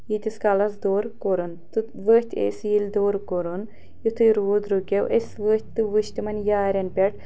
ییٖتِس کالَس دوٚر کوٚرُن تہٕ ؤتھۍ أسۍ ییٚلہِ دوٚر کوٚرُن یُتھُے روٗد رُکیو أسۍ ؤتھۍ تہٕ وٕچھ تِمَن یارٮ۪ن پٮ۪ٹھ